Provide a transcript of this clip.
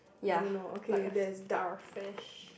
ya like a starfish